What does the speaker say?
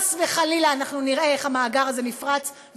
וכשחס וחלילה אנחנו נראה איך המאגר הזה נפרץ,